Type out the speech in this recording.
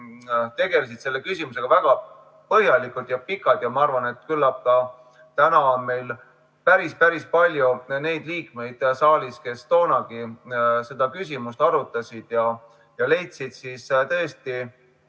tegelesid selle küsimusega väga põhjalikult ja pikalt. Ma arvan, et küllap ka täna on meil päris-päris palju neid liikmeid saalis, kes toona seda küsimust arutasid ja leidsid tõesti